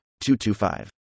225